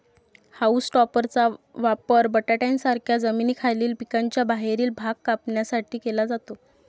haulm टॉपरचा वापर बटाट्यांसारख्या जमिनीखालील पिकांचा बाहेरील भाग कापण्यासाठी केला जातो